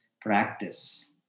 practice